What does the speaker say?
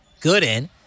Gooden